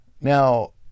Now